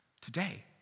Today